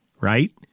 Right